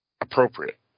appropriate